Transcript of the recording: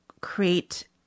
create